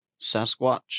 sasquatch